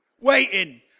waiting